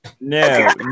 No